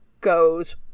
goes